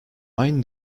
aynı